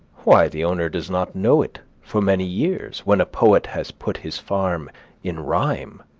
why, the owner does not know it for many years when a poet has put his farm in rhyme,